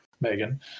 Megan